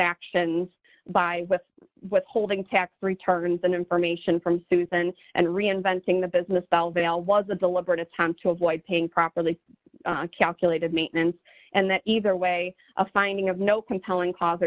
actions by with withholding tax returns and information from susan and reinventing the business felt that all was a deliberate attempt to avoid paying properly calculated maintenance and that either way a finding of no compelling